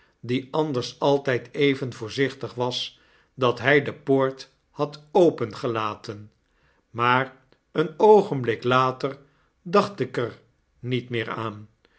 die anders altyd even voorzichtig was dat hy de poort had opengelaten maar een oogenblik later dacht ik er niet meer aan